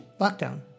lockdown